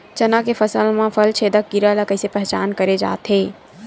चना के फसल म फल छेदक कीरा ल कइसे पहचान करे जाथे?